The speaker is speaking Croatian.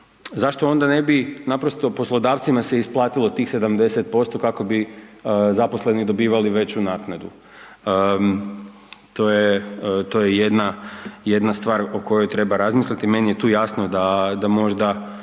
zašto onda ne bi naprosto poslodavcima se isplatilo tih 70% kako bi zaposleni dobivali veću naknadu? To je, to je jedna, jedna stvar o kojoj treba razmisliti. Meni je tu jasno da, da